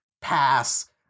pass